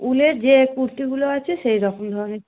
উলের যে কুর্তিগুলো আছে সেই রকম ধরণের চাই